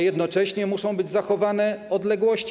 Jednocześnie muszą być zachowane odległości.